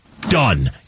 Done